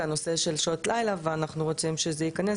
הנושא של שעות לילה ואנחנו רוצים שזה ייכנס,